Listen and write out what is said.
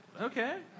Okay